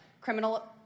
criminal